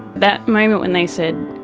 that moment when they said